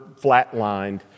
flatlined